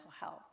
health